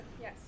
Yes